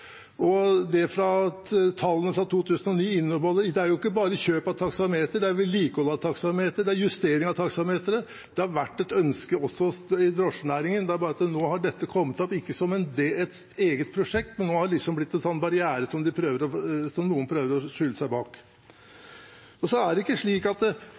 Tallene fra 2009 gjelder ikke bare kjøp av taksameter. Det er vedlikehold av taksameter, og det er justering av taksameter. Det har vært et ønske også i drosjenæringen. Det er bare at nå har dette kommet opp, ikke som et eget prosjekt, men det har liksom blitt en barriere som noen prøver å skjule seg bak. Den 28. februar 2019 ble det